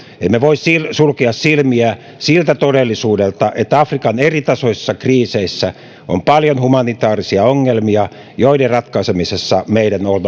emme voi sulkea silmiä siltä todellisuudelta että afrikan eritasoisissa kriiseissä on paljon humanitaarisia ongelmia joiden ratkaisemisessa meidän on